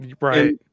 Right